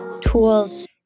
tools